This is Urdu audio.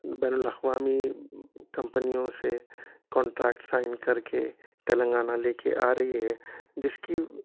بین الاقوامی کمپنیوں سے کانٹریکٹ سائن کر کے تلنگانہ لے کے آ رہی ہے جس کی